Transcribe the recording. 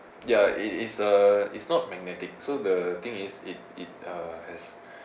ya it is a it's not magnetic so the thing is it it uh has